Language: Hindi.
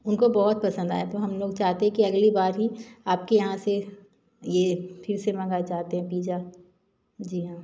उनको बहुत पसंद आया तो हम लोग चाहते हैं कि अगली बार भी आप के यहाँ से ये फिर से मंगाना चाहते हैं पीजा जी हाँ